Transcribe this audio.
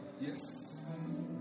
Yes